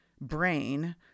brain